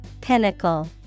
Pinnacle